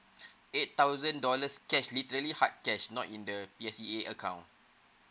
eight thousand dollars cash literally hard cash not in the D_C_A account